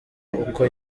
uko